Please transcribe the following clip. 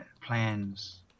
plans